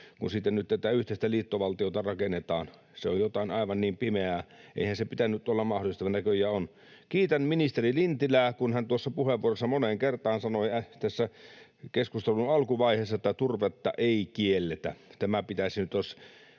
Kun siitä nyt tätä yhteistä liittovaltiota rakennetaan, se on jotain aivan pimeää. Eihän sen pitänyt olla mahdollista, mutta näköjään on. Kiitän ministeri Lintilää, kun hän puheenvuorossaan moneen kertaan sanoi tuossa keskustelun alkuvaiheessa, että turvetta ei kielletä. Tämän pitäisi, Urho